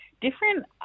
different